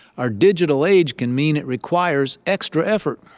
our digital age can mean it requires extra effort.